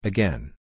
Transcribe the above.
Again